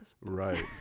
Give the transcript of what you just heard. Right